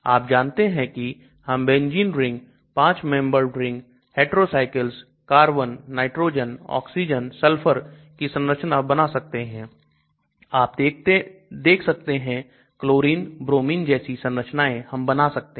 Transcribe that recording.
आप जानते हैं कि हम benezene ring 5 membered ring hetrocycles carbon nitrogen oxygen sulfur की संरचना बना सकते हैं आप देख सकते हैं chlorine bromine जैसी संरचनाएं हम बना सकते हैं